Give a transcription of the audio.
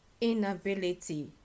inability